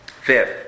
Fifth